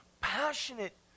passionate